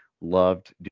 loved